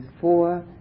four